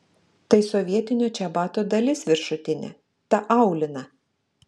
tai sovietinio čebato dalis viršutinė ta aulina